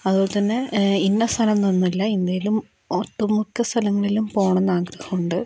അതുപോലെത്തന്നെ ഇന്ന സ്ഥലമെന്നൊന്നില്ല ഇന്ത്യയിലും ഒട്ടുമുക്ക സ്ഥലങ്ങളിലും പോണം എന്ന് ആഗ്രഹമുണ്ട്